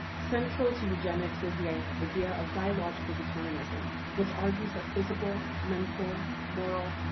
central to eugenics was the idea of biological determinism, which argues that physical mental, moral,